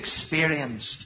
experienced